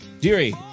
Deary